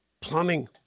plumbing